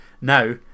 now